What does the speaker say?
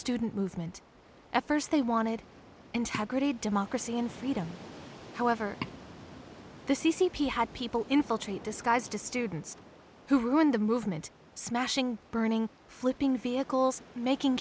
student movement at first they wanted integrity democracy and freedom however the c c p had people infiltrate disguised as students who were in the movement smashing burning flipping vehicles making